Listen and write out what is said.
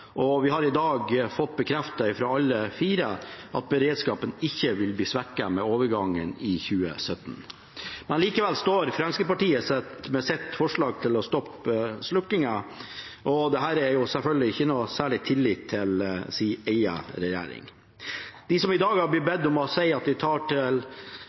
og vi har i dag fått bekreftet fra alle fire at beredskapen ikke vil bli svekket med overgangen i 2017. Likevel står Fremskrittspartiet med sitt forslag om å stoppe slukkingen, og dette viser selvfølgelig ikke noe særlig tillit til egen regjering. De har i dag sagt at de tar dette til